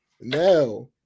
now